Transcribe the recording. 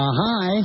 hi